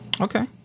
Okay